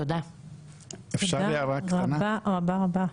תודה רבה רבה.